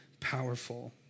powerful